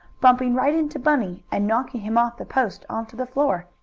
bumping right into bunny and knocking him off the post on to the floor.